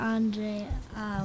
Andre